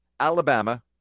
Alabama